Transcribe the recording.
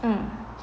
um